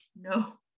no